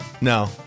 No